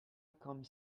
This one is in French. comme